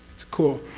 it's cool.